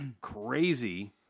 crazy